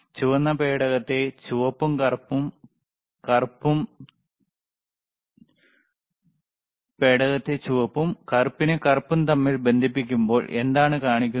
ചുവന്ന പേടകത്തെ ചുവപ്പും കറുപ്പിനെ കറുപ്പും തമ്മിൽ ബന്ധിപ്പിക്കുമ്പോൾ എന്താണ് കാണിക്കുന്നത്